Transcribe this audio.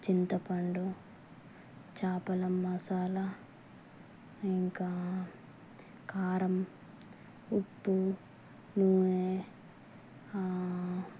చింతపండు చేపల మసాలా ఇంకా కారం ఉప్పు నూనె